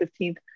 15th